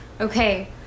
Okay